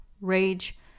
rage